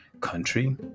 country